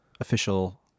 official